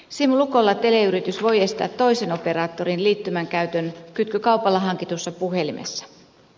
sim lukolla teleyritys voi estää toisen operaattorin liittymän käytön kytkykaupalla hankitussa puhelimessa